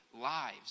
lives